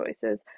choices